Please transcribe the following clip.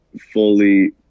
fully